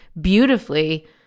beautifully